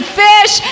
fish